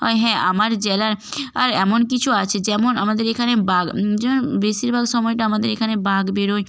আর হ্যাঁ আমার জেলার আর এমন কিছু আছে যেমন আমাদের এখানে বাঘ বেশিরভাগ সময়টা আমাদের এখানে বাঘ বেরোয়